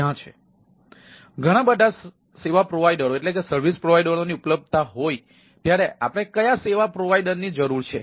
તેથી ઘણા બધા સેવા પ્રોવાઈડરોની ઉપલબ્ધતા હોય ત્યારે આપણે કયા સેવા પ્રોવાઇડરની જરૂર છે